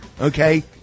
okay